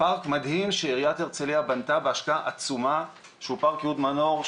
פארק מדהים שעירית הרצליה בנתה בהשקעה עצומה שהוא פארק אהוד מנור,